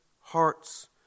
hearts